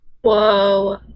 Whoa